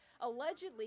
allegedly